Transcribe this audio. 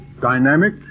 dynamic